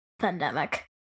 pandemic